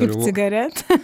kaip cigaretę